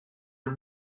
are